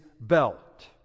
belt